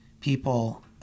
people